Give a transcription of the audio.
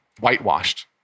whitewashed